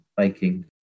Viking